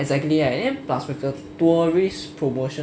exactly right then plus the tourist promotion